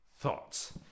Thoughts